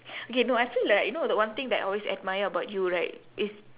okay no I feel like you know the one thing that I always admire about you right is